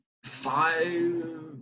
five